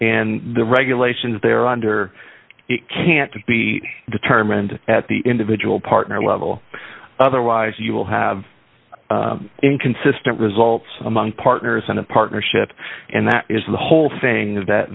and the regulations they are under it can't be determined at the individual partner level otherwise you will have inconsistent results among partners in a partnership and that is the whole thing is that